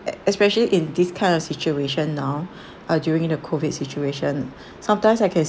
e~ especially in this kind of situation now uh during the COVID situation sometimes I can